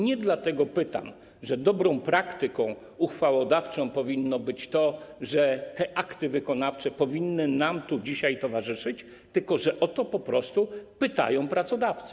Nie dlatego pytam, że dobrą praktyką uchwałodawczą powinno być to, że te akty wykonawcze powinny nam tu dzisiaj towarzyszyć, tylko że o to po prostu pytają pracodawcy.